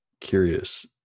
curious